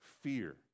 fear